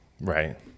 Right